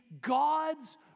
God's